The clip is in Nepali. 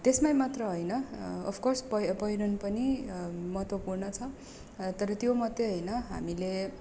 त्यसमै मात्र होइन अफ्कोर्स पहि पहिरन पनि महत्त्वपूर्ण छ तर त्यो मात्रै होइन हामीले